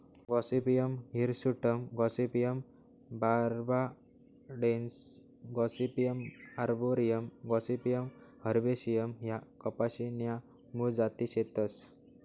Gossypium hirsutum gossypium barbadense gossypium arboreum gossypium herbaceum ह्या कपाशी न्या मूळ जाती शेतस